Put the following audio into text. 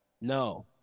no